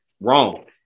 Wrong